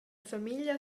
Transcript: famiglia